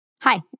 Hi